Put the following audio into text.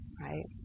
right